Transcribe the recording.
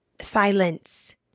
silence